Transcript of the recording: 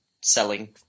selling